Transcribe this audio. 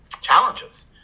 challenges